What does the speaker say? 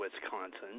Wisconsin